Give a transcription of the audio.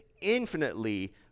infinitely